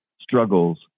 struggles